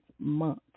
Month